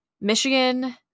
Michigan